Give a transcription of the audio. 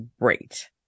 great